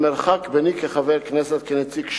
המרחק ביני כחבר כנסת, כנציג ש"ס,